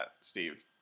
Steve